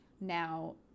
now